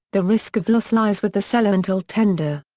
the risk of loss lies with the seller until tender.